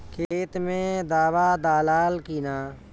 खेत मे दावा दालाल कि न?